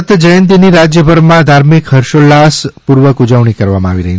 દત્ત જયંતિની રાજ્યભરમાં ધાર્મિક હર્ષોલ્લાસ પૂર્વક ઉજણી કરવામાં આવી રહી